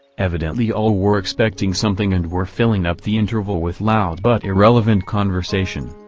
evidently all were expecting something and were filling up the interval with loud but irrelevant conversation.